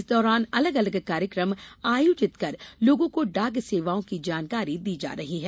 इस दौरान अलग अलग कार्यक्रम आयोजित कर लोगों को डाक सेवाओं की जानकारी दी जा रही है